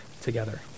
together